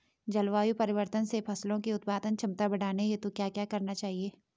जलवायु परिवर्तन से फसलों की उत्पादन क्षमता बढ़ाने हेतु क्या क्या करना चाहिए?